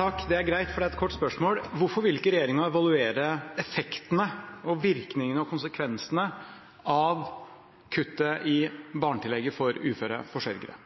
Takk, det er greit, for det er et kort spørsmål. Hvorfor vil ikke regjeringen evaluere effektene, virkningene og konsekvensene av kuttet i barnetillegget for uføre forsørgere?